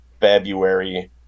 February